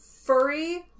furry